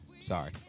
sorry